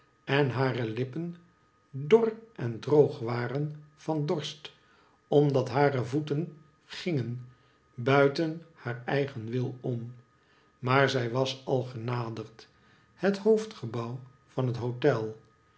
en hare lippen dor en droog waren van dorst omdat hare voeten gingen buiten haar eigen wil om maar zij was al genaderd het hoofdgebouw van het hotel